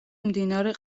მდინარე